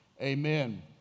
Amen